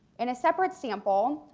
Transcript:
in a separate sample,